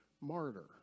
martyr